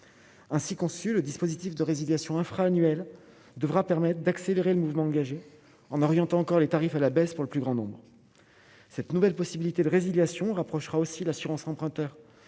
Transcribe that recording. ainsi conçu le dispositif de résiliation infra-annuelles devra permettent d'accélérer le mouvement engagé en orientant encore les tarifs à la baisse pour le plus grand nombre, cette nouvelle possibilité de résiliation rapprochera aussi l'assurance emprunteur